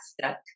stuck